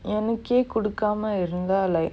எனக்கே குடுக்காம இருந்தா:enakkae kudukaama irunthaa like